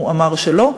הוא אמר שלא,